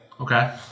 Okay